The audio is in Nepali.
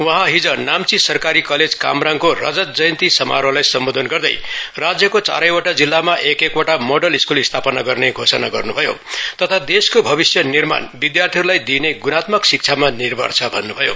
वहाँ हिज नाम्ची सरकारी कलेज कामराङको रजन जयन्ती समारोहलाई सम्बोधन गर्दै राज्यको चारैवटा जिल्लामा एक एक वटा मोडल स्क्रल स्थापना गर्ने घोषणा गर्न् भयो तथा देशको भविष्य निर्माणमा विद्यार्थीहरूलाई दिइने गुणात्मक शिक्षामा निर्भर छ भन्नु भयो